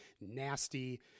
nasty